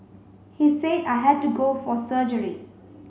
he said I had to go for surgery